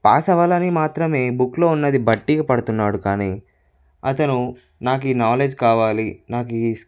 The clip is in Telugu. పాస్ అవ్వాలి అని మాత్రమే బుక్లో ఉన్నది బట్టి పడుతున్నాడు కానీ అతను నాకు ఈ నాలెడ్జ్ కావాలి నాకు